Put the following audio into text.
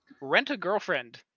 Rent-A-Girlfriend